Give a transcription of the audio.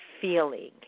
feeling